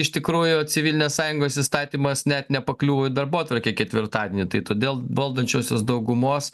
iš tikrųjų civilinės sąjungos įstatymas net nepakliuvo į darbotvarkę ketvirtadienį tai todėl valdančiosios daugumos